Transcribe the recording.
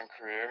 career